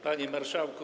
Panie Marszałku!